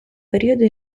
periodo